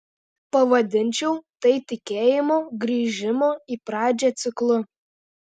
pavadinčiau tai tikėjimo grįžimo į pradžią ciklu